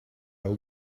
will